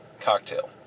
cocktail